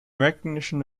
recognition